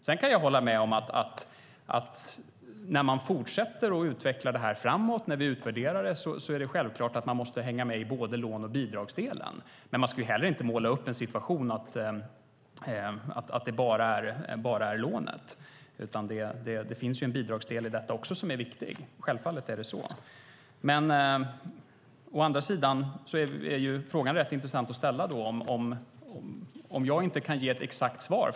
Sedan kan jag hålla med om att när man fortsätter att utveckla det här framåt, när vi utvärderar det, är det självklart att man måste hänga med i både låne och bidragsdelen. Men man ska inte måla upp en situation att det bara är lånet, utan det finns en bidragsdel i detta också som är viktig. Självfallet är det så. Å andra sidan är det rätt intressant att ställa frågan, om jag inte kan ge ett exakt svar.